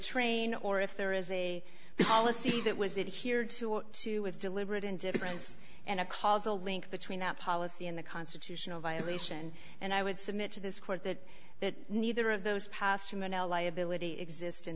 train or if there is a policy that was it here two or two with deliberate indifference and a causal link between that policy and the constitutional violation and i would submit to this court that that neither of those past criminal liability exist in